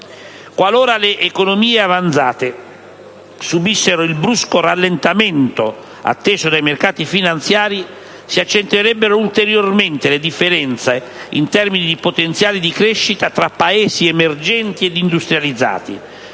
Qualora le economie avanzate subissero il brusco rallentamento atteso dai mercati finanziari, si accentuerebbero ulteriormente le differenze, in termini di potenziale di crescita, fra Paesi emergenti ed industrializzati,